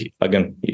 again